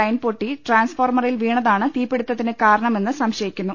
line പൊട്ടി ട്രാൻസ്ഫോർമറിൽ വീണതാണ് തീപിടുത്തത്തിന് കാരണമെന്ന് സംശയിക്കുന്നു